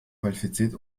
qualifiziert